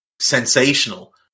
sensational